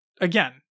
again